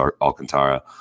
Alcantara